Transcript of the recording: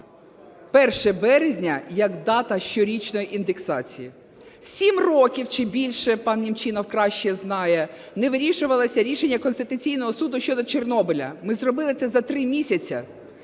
1 березня як дата щорічної індексації. 7 років чи більше, пан Немчінов краще знає, не вирішувалося рішення Конституційного Суду щодо Чорнобиля. Ми зробили це за 3 місяці